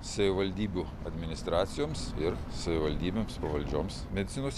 savivaldybių administracijoms ir savivaldybėms pavaldžioms medicinos